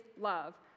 love